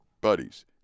buddies